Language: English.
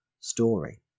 story